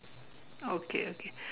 okay okay